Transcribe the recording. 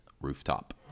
Rooftop